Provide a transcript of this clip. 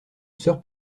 sœur